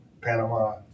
panama